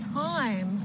time